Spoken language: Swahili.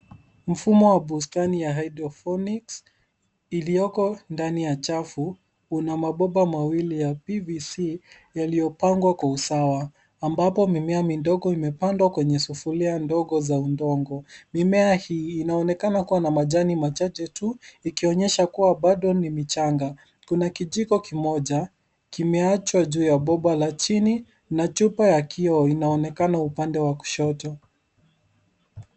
Mfumo wa bustani ya hydroponics iliyoko ndani ya chafu. Kuna mabomba mawili ya PVC yaliyopangwa kwa usawa ambapo mimea midogo imepandwa kwenye sufuria ndogo za udongo. Mimea hii inaonekana kuwa na majani machache tu, ikionyesha kuwa bado ni michanga. Kuna kijiko kimoja, kimeachwa juu ya bomba la chini na chupa ya kioo inaonekana upande wa kushoto.